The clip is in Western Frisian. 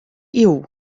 iuw